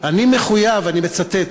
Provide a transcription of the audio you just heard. "אני מחויב" אני מצטט,